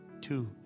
two